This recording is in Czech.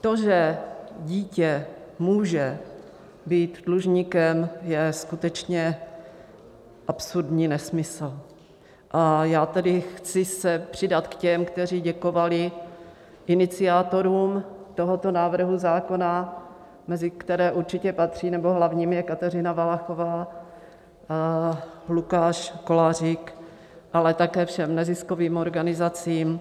To, že dítě může být dlužníkem, je skutečně absurdní nesmysl, a já se tedy chci přidat k těm, kteří děkovali iniciátorům tohoto návrhu zákona, mezi které určitě patří nebo hlavní je Kateřina Valachová, Lukáš Kolářík, ale také všem neziskovým organizacím,